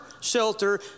shelter